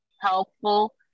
helpful